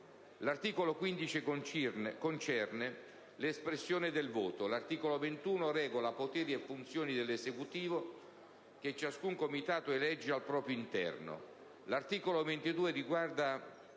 L'articolo 15 concerne l'espressione del voto. L'articolo 21 regola poteri e funzioni dell'esecutivo che ciascun Comitato elegge al proprio interno. L'articolo 22 riguarda